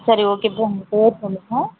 சரி ஓகே இப்போ உங்கள் பேர் சொல்லுங்கள்